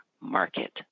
market